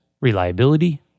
Reliability